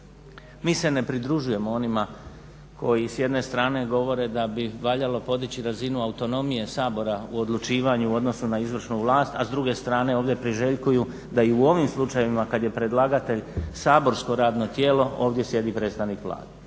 Mi se ne pridružujemo onima koji s jedne strane govore da bi valjalo podići razinu autonomije Sabora u odlučivanju u odnosu na izvršnu vlast, a s druge strane ovdje priželjkuju da i u ovim slučajevima kad je predlagatelj saborsko radno tijelo ovdje sjedi predstavnik Vlade.